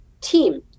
team